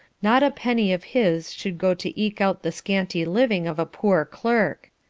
not a penny of his should go to eke out the scanty living of a poor clerk.